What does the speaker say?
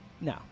no